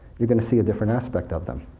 you're going to see a different aspect of them.